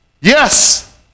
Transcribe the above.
Yes